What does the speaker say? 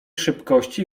szybkości